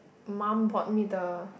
mum bought me the